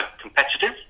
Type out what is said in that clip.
competitive